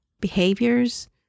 behaviors